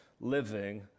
living